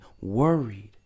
worried